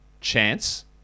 chance